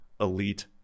elite